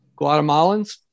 Guatemalans